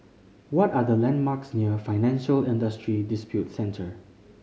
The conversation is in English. what are the landmarks near Financial Industry Disputes Centre